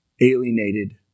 Alienated